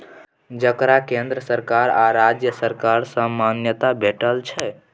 जकरा केंद्र सरकार आ राज्य सरकार सँ मान्यता भेटल छै